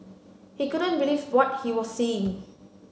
he couldn't believe what he was seeing